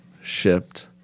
shipped